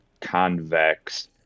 convex